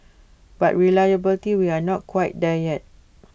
but reliability we are not quite there yet